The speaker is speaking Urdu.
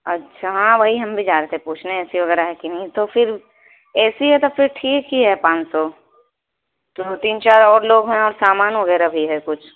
اچھا ہاں وہی ہم بھی چاہ رہے تھے پوچھنے اے سی وغیرہ ہے کہ نہیں تو پھر اے سی ہے تب پھر ٹھیک ہی ہے پانچ سو تو تین چار اور لوگ ہیں اور سامان وغیرہ بھی ہے کچھ